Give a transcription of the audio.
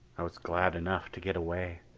i was glad enough to get away.